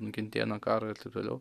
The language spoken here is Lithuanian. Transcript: nukentėję nuo karo ir taip toliau